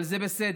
אבל זה בסדר,